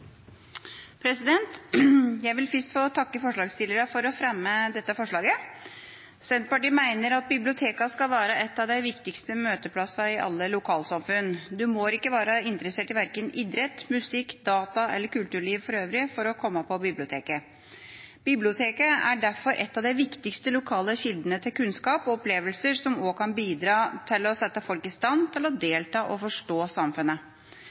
innstilling. Jeg vil først få takke forslagsstillerne for å fremme dette forslaget. Senterpartiet mener at bibliotekene skal være en av de viktigste møteplassene i alle lokalsamfunn. En må ikke være interessert i verken idrett, musikk, data eller kulturliv for øvrig for å komme på biblioteket. Biblioteket er derfor en av de viktigste lokale kildene til kunnskap og opplevelser som også kan bidra til å sette folk i stand til å delta i og forstå samfunnet.